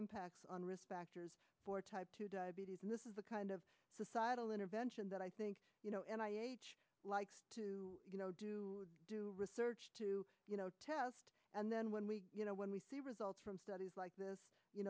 impact on risk factors for type two diabetes and this is the kind of societal intervention that i think you know and i like to you know do do research to you know test and then when we you know when we see results from studies like this you